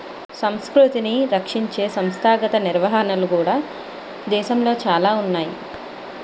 సంస్కృతిని రక్షించే సంస్థాగత నిర్వహణలు కూడా దేశంలో చాలా ఉన్నాయి